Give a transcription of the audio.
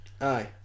Aye